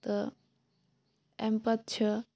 تہٕ امہ پتہٕ چھ